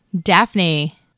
Daphne